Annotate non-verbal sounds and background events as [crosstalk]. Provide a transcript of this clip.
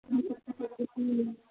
[unintelligible]